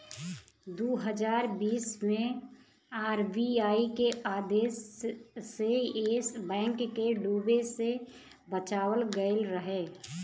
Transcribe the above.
दू हज़ार बीस मे आर.बी.आई के आदेश से येस बैंक के डूबे से बचावल गएल रहे